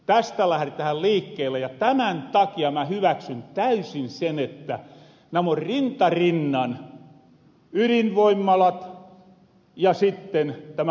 tästä lähretähän liikkeelle ja tämän takia mä hyväksyn täysin sen että nämon rinta rinnan ydinvoimalat ja sitten tämä uusiutuva